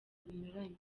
binyuranye